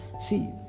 See